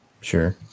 Sure